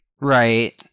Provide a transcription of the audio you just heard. Right